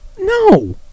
no